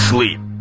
Sleep